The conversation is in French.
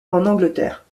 angleterre